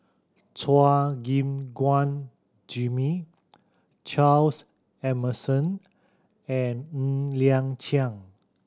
Chua Gim Guan Jimmy Charles Emmerson and Ng Liang Chiang